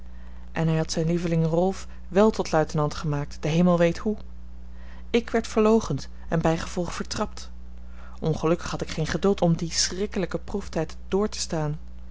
en hij had zijn lieveling rolf wel tot luitenant gemaakt de hemel weet hoe ik werd verloochend en bijgevolg vertrapt ongelukkig had ik geen geduld om dien schrikkelijken proeftijd door te staan